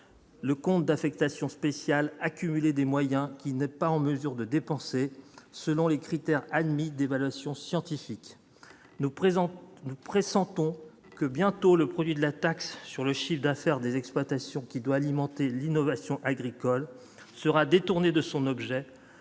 le compte d'affectation spéciale accumuler des moyens qui n'est pas en mesure de dépenser, selon les critères admis d'évaluation scientifique, nous nous pressentons que bientôt le produit de la taxe sur le chiffre d'affaires des exploitations qui doit alimenter l'innovation agricole sera détourné de son objet